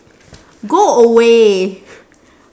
go away